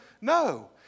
No